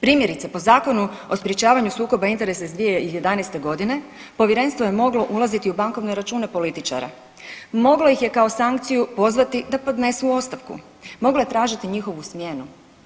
Primjerice po Zakonu o sprječavanju sukoba interesa iz 2011. godine povjerenstvo je moglo ulaziti u bankovne račune političara, moglo ih je kao sankciju pozvati da podnesu ostavku, moglo je tražiti njihovu smjenu.